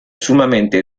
sumamente